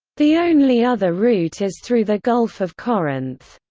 the only other route is through the gulf of corinth.